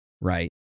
right